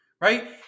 right